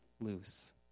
loose